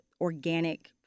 organic